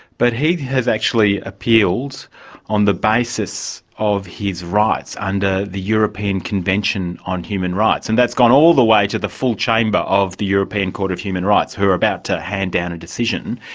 but he has actually appealed on the basis of his rights under the european convention on human rights, and that's gone all the way to the full chamber of the european court of human rights who are about to hand down a decision.